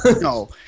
No